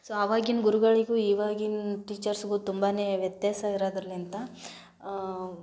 so ಆವಾಗಿನ ಗುರುಗಳಿಗೂ ಈವಾಗಿನ ಟೀಚರ್ಸಿಗೂ ತುಂಬನೇ ವ್ಯತ್ಯಾಸ ಇರೋದ್ರಲ್ಲಿಂದ